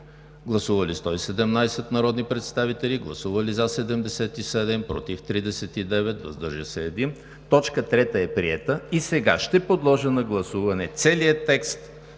Гласували 117 народни представители: за 77, против 39, въздържал се 1. Точка 3 е приета. Сега ще подложа на гласуване целия текст